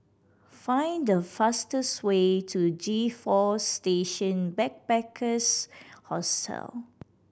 find the fastest way to G Four Station Backpackers Hostel